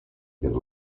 per